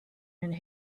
and